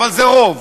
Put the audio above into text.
אבל זה רוב.